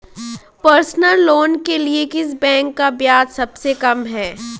Personal loan के लिए किस बैंक का ब्याज सबसे कम है?